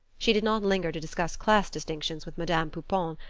she did not linger to discuss class distinctions with madame pouponne,